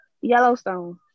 Yellowstone